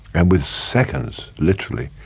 and with seconds, literally,